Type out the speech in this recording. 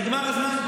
נגמר הזמן.